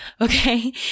okay